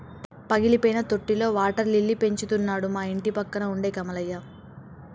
పగిలిపోయిన తొట్టిలో water lily పెంచుతున్నాడు మా ఇంటిపక్కన ఉండే కమలయ్య